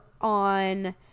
on